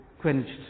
quenched